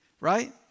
right